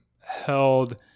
held